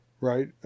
right